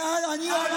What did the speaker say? מה אתה אומר?